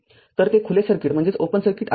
तर ते खुले सर्किट आहे